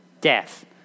Death